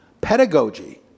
pedagogy